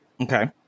Okay